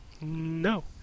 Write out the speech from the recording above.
No